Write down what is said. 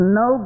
no